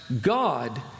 God